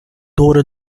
دور